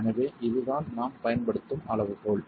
எனவே இதுதான் நாம் பயன்படுத்தும் அளவுகோல்